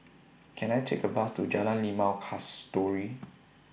Can I Take A Bus to Jalan Limau Kasturi